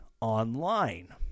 online